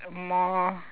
more